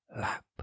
lap